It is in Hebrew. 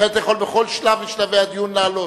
לכן אתה יכול בכל שלב משלבי הדיון לעלות.